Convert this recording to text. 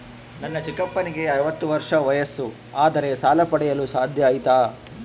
ನನ್ನ ಚಿಕ್ಕಪ್ಪನಿಗೆ ಅರವತ್ತು ವರ್ಷ ವಯಸ್ಸು ಆದರೆ ಸಾಲ ಪಡೆಯಲು ಸಾಧ್ಯ ಐತಾ?